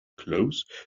close